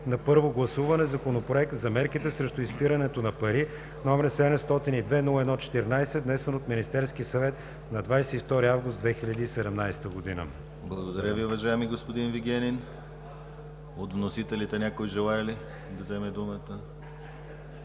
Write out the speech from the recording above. на първо гласуване Законопроект за мерките срещу изпирането на пари, № 702-01-14, внесен от Министерския съвет на 22 август 2017 г.“ ПРЕДСЕДАТЕЛ ДИМИТЪР ГЛАВЧЕВ: Благодаря Ви, уважаеми господин Вигенин. От вносителите някой желае ли да вземе думата?